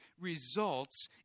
results